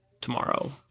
tomorrow